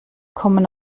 kommen